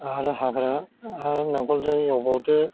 आरो हाग्रा आरो नांगोलजों एवबावदो